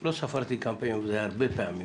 לא ספרתי כמה פעמים זה היה, הרבה פעמים